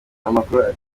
amakuru